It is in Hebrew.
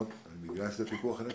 ובגלל זה פיקוח נפש,